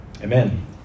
amen